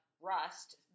Rust